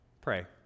Pray